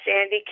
Sandy